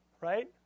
right